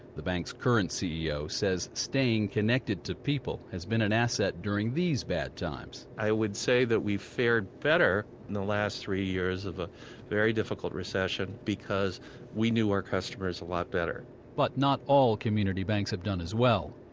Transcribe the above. the bank's current ceo says staying connected to people has been an asset during these bad times i would say we've fared better in the last three years of ah a difficult recession, because we knew our customers a lot better but not all community banks have done as well.